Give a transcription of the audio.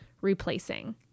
replacing